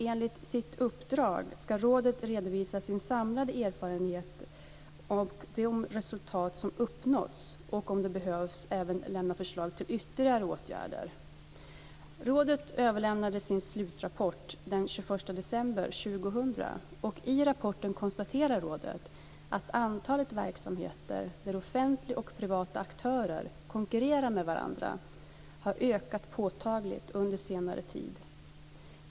Enligt sitt uppdrag ska rådet redovisa sina samlade erfarenheter och de resultat som uppnåtts och, om det behövs, även lämna förslag till ytterligare åtgärder. Rådet överlämnade sin slutrapport den 21 december 2000. I rapporten konstaterar rådet att antalet verksamheter där offentliga och privata aktörer konkurrerar med varandra har ökat påtagligt under senare tid.